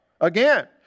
Again